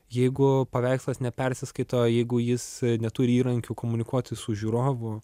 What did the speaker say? jeigu paveikslas nepersiskaito jeigu jis neturi įrankių komunikuoti su žiūrovu